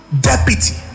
deputy